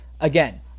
Again